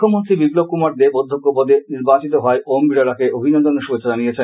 মুখ্যমন্ত্রী বিপ্লব কুমার দেব অধ্যক্ষ পদে নির্ধারিত হওয়ার ওম বিডলাকে অভিনন্দন ও শুভেচ্ছা জানিয়েছেন